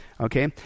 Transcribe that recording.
Okay